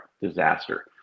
disaster